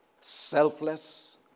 Selfless